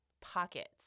pockets